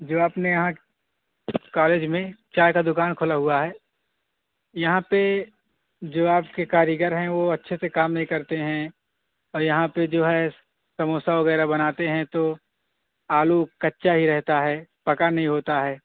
جو آپ نے یہاں کالج میں چائے کا دکان کھولا ہوا ہے یہاں پہ جو آپ کے کاریگر ہیں وہ اچھے سے کام نہیں کرتے ہیں اور یہاں پہ جو ہے سموسہ وغیرہ بناتے ہیں تو آلو کچا ہی رہتا ہے پکا نہیں ہوتا ہے